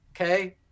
okay